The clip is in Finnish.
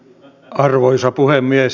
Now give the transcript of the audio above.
arvoisa puhemies